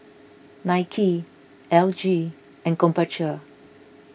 Nike L G and Krombacher